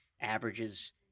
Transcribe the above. averages